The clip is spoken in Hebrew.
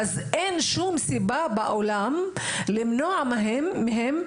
אין שום סיבה בעולם למנוע מהם,